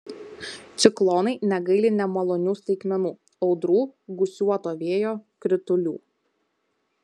ciklonai negaili nemalonių staigmenų audrų gūsiuoto vėjo kritulių